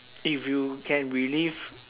if you can relive